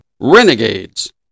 Renegades